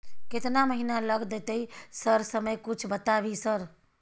केतना महीना लग देतै सर समय कुछ बता भी सर?